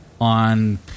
on